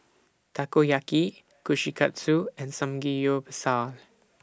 Takoyaki Kushikatsu and Samgeyopsal